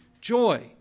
joy